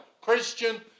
Christian